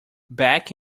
back